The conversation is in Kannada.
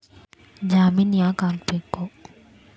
ಜಾಮಿನ್ ಯಾಕ್ ಆಗ್ಬೇಕು?